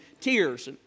tears